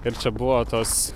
ir čia buvo tos